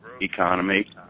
economy